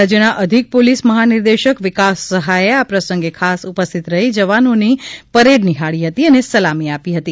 રાજ્યના અધિક પોલીસ મહાનિર્દેશક વિકાસ સહાયે આ પ્રસંગે ખાસ ઉપસ્થિત રહી જવાનોની પરેડ નિહાળી હતી અને સલામી આપી હતી